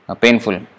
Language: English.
painful